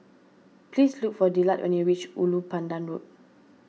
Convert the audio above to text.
please look for Dillard when you reach Ulu Pandan Road